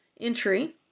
entry